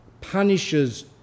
punishes